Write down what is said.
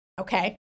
okay